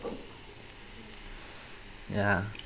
yeah